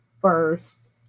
first